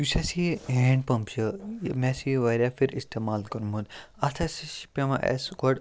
یُس اَسہِ یہِ ہینٛڈ پَمپ چھُ مےٚ ہسا یہِ واریاہ پھِرِ اِستعمال کوٚرمُت اَتھ ہَسا چھُ پیٚوان اَسہِ گۄڈٕ